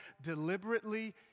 deliberately